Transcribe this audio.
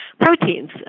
proteins